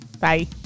Bye